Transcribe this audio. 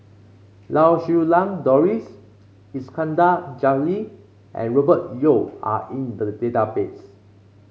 Lau Siew Lang Doris Iskandar Jalil and Robert Yeo are in the database